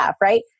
right